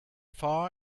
far